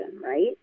right